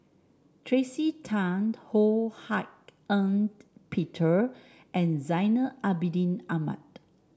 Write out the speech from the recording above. Tracey Tan Ho Hak Ean Peter and Zainal Abidin Ahmad